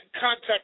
contact